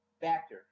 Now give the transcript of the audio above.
factor